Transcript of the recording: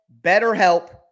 BetterHelp